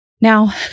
Now